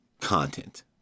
content